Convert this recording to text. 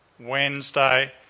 Wednesday